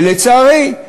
ולצערי,